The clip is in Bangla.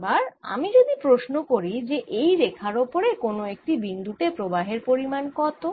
এবার আমি যদি প্রশ্ন করি যে এই রেখার ওপরে কোন একটি বিন্দু তে প্রবাহের পরিমান কত